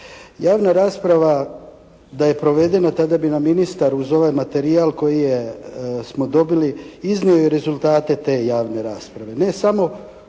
Javna rasprava da je provedena tada bi nam ministar uz ovaj materijal koji smo dobili iznio i rezultate te javne rasprave,